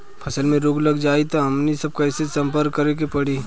फसल में रोग लग जाई त हमनी सब कैसे संपर्क करें के पड़ी?